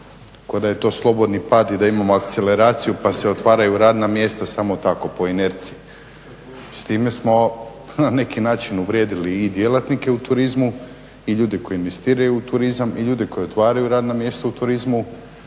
kao da je to slobodni pad i da imamo akceleraciju pa se otvaraju radna mjesta samo tako po inerciji. S time smo na neki način uvrijedili i djelatnike u turizmu i ljude koji investiraju u turizam i ljude koji otvaraju radna mjesta u turizmu